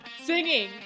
singing